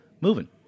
moving